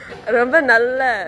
ரொம்ப நல்லா:rombe nalla